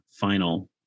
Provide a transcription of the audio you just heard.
final